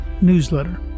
newsletter